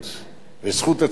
וזכות הציבור לדעת.